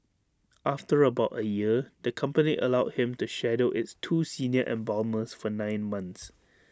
after about A year the company allowed him to shadow its two senior embalmers for nine months